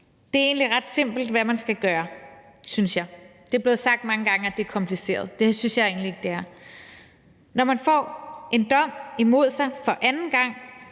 Det er egentlig ret simpelt, hvad man skal gøre, synes jeg. Det er blevet sagt mange gange, at det er kompliceret, men det synes jeg egentlig ikke det er. Når man får en dom imod sig for anden gang